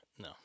No